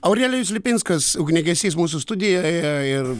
aurelijus lipinskas ugniagesys mūsų studijoje ir